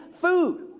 food